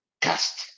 cast